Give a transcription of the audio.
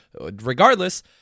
regardless